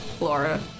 Laura